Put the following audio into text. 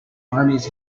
armies